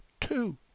two